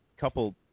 couple